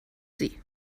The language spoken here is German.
sie